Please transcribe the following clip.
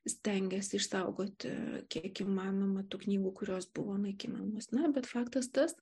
stengęs išsaugoti kiek įmanoma tų knygų kurios buvo naikinamos na bet faktas tas